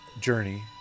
journey